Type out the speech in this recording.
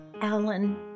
Alan